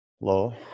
Low